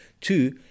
Two